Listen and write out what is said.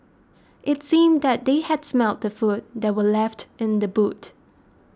it seemed that they had smelt the food that were left in the boot